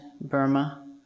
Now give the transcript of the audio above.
Burma